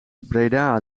breda